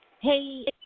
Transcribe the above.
Hey